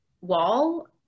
wall